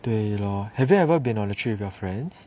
对 lor have you ever been on the trip with your friends